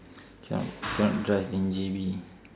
cannot cannot drive in J_B